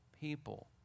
people